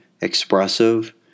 expressive